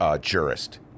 jurist